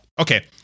Okay